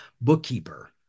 bookkeeper